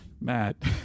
Matt